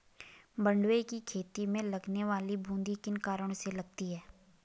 मंडुवे की खेती में लगने वाली बूंदी किन कारणों से लगती है?